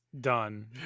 done